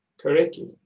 correctly